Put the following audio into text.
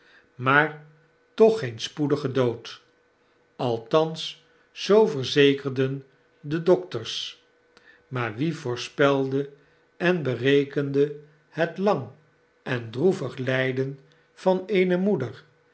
maar toch geen spoedigen dood althans zoo verzekerden de dokters maar wie voorspelde en berekende het lang en droevig lijden van eene moeder